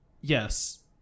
Yes